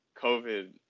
COVID